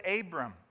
Abram